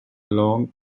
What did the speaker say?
long